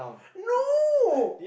no